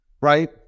right